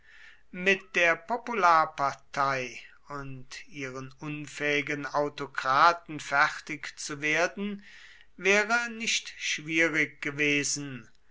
mit der popularpartei und ihren unfähigen autokraten fertig zu werden wäre nicht schwierig gewesen